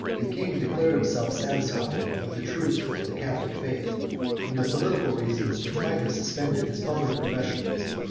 the king declared himself satisfied of the truth of the catholic faith and the political reasons which might have suspended his public profession,